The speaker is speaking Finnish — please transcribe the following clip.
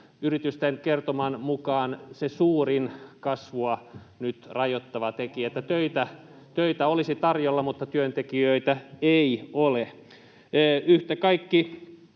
yritysten kertoman mukaan nyt se suurin kasvua rajoittava tekijä: töitä olisi tarjolla mutta työntekijöitä ei ole. Yhtä kaikki